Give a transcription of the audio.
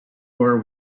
war